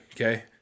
okay